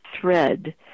thread